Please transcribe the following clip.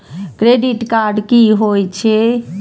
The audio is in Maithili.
क्रेडिट कार्ड की होई छै?